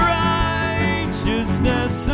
righteousness